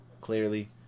clearly